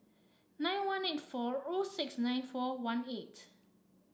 nine one eight four O six nine four one eight